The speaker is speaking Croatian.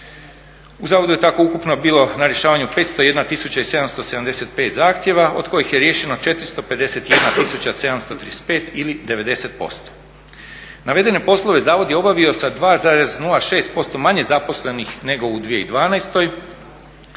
U zavodu je tako ukupno bilo na rješavanju 501 tisuća i 775 zahtjeva, od kojih je riješeno 451 tisuća 735 ili 90%. Navedene poslove zavod je obavio sa 2,06% manje zaposlenih nego u 2012.